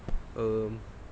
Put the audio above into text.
um